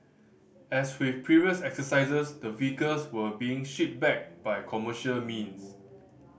as with previous exercises the vehicles were being shipped back by commercial means